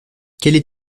quelles